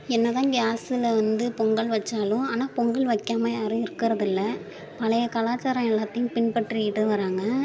என்ன தான் கேஸ்ஸில் வந்து பொங்கல் வைச்சாலும் ஆனால் பொங்கல் வைக்காம யாரும் இருக்கிறதுல்ல பழைய கலாச்சாரம் எல்லாத்தையும் பின்பற்றிகிட்டும் வராங்க